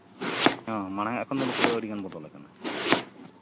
ᱦᱮᱸ ᱢᱟᱲᱟᱝᱼᱟᱜ ᱮᱠᱷᱚᱱ ᱫᱚ ᱟᱹᱰᱤᱜᱟᱱ ᱵᱚᱫᱚᱞ ᱠᱟᱱᱟ